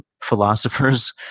philosophers